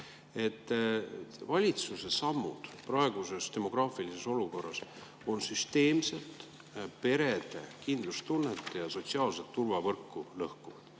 Valitsuse sammud praeguses demograafilises olukorras on süsteemselt lõhkunud perede kindlustunnet ja sotsiaalset turvavõrku.